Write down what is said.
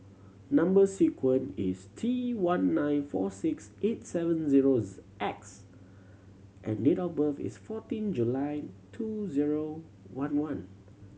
number sequence is T one nine four six eight seven zero X and date of birth is fourteen July two zero one one